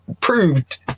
Proved